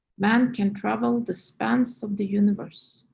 man can travel the spans of the universe.